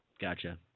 Gotcha